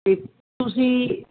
ਤੁਸੀਂ